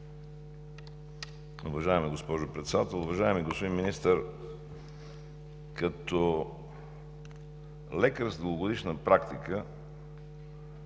Уважаеми господин Председател, уважаеми господин Министър! Като лекар с дългогодишна практика